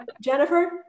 jennifer